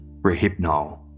rehypnol